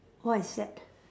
what is that